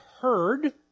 heard